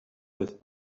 with